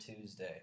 Tuesday